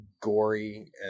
gory